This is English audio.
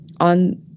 On